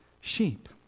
sheep